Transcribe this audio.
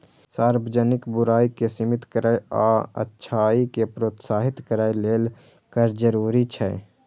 सार्वजनिक बुराइ कें सीमित करै आ अच्छाइ कें प्रोत्साहित करै लेल कर जरूरी छै